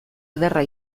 ederra